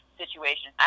situation